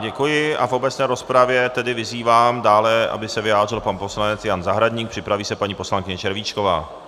Děkuji a v obecné rozpravě tedy vyzývám dále, aby se vyjádřil pan poslanec Jan Zahradník, připraví se paní poslankyně Červíčková.